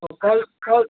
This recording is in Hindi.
तो कल कल